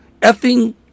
effing